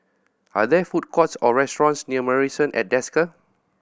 are there food courts or restaurants near Marrison at Desker